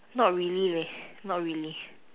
not really not really